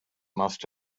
must